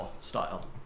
style